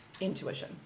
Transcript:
intuition